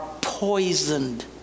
poisoned